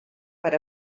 per